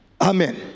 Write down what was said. Amen